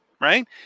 right